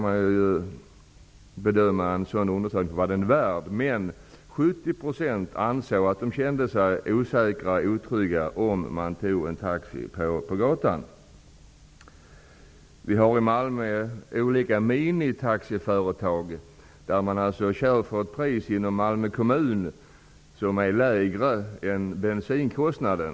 Man får bedöma en sådan undersökning för vad den är värd, men den visade att 70 kände sig osäkra och otrygga om de tog en taxi på gatan. Det finns olika minitaxiföretag i Malmö. De kör inom Malmö kommun för ett pris som är lägre än bensinkostnaden.